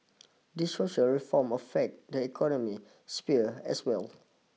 these social reforms affect the economic sphere as well